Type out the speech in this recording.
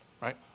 right